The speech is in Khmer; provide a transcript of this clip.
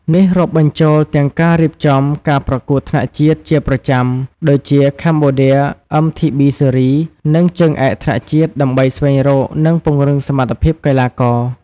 នេះរាប់បញ្ចូលទាំងការរៀបចំ ការប្រកួតថ្នាក់ជាតិជាប្រចាំ ដូចជា Cambodia MTB Series និងជើងឯកថ្នាក់ជាតិ ដើម្បីស្វែងរក និងពង្រឹងសមត្ថភាពកីឡាករ។